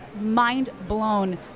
mind-blown